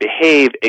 behave